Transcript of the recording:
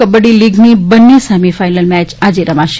કબક્રી લીગની બંને semi final match આજે રમાશે